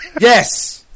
yes